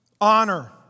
Honor